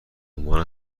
عنوان